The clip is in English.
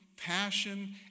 passion